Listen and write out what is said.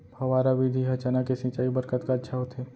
फव्वारा विधि ह चना के सिंचाई बर कतका अच्छा होथे?